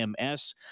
ms